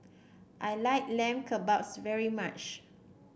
I like Lamb Kebabs very much